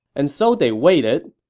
and so they waited,